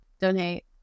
donate